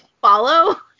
follow